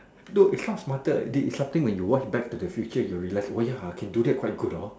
though is not smarter this is something when you watch back to the future you will realise oh ya I can do that quite good hor